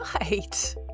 Right